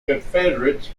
confederates